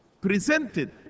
presented